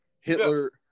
hitler